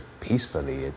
peacefully